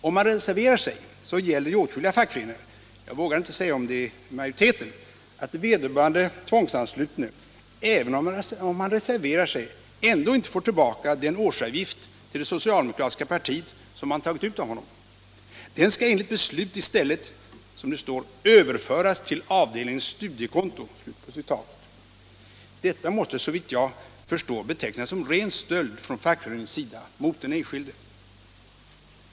Om man reserverar sig, så gäller i åtskilliga fackföreningar — jag vågar inte säga om det är majoriteten — att vederbörande tvångsanslutne, även om han reserverar sig, ändå inte får tillbaka den årsavgift till det socialdemokratiska partiet som man tagit ut av honom. Den skall enligt beslut i stället ”överföras till avdelningen studiekonto”. Detta måste såvitt jag förstår betecknas som ren stöld från fackföreningens sida mot den enskilde.